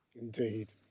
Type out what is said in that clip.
indeed